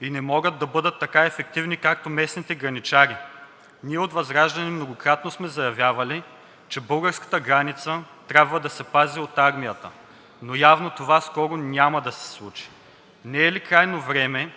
и не могат да бъдат така ефективни, както местните граничари. Ние от ВЪЗРАЖДАНЕ многократно сме заявявали, че българската граница трябва да се пази от армията, но явно това скоро няма да се случи. Не е ли крайно време